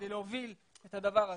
כדי להוביל את הדבר הזה,